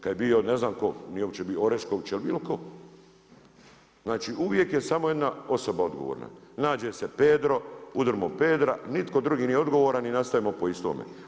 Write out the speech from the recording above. Kada je bio ne znam tko, nije uopće bitno, Orešković ili bilo tko, znači uvijek je samo jedna osoba odgovorna, naše se Pedro, udarimo Pedra, nitko drugi nije odgovoran i nastavimo po istome.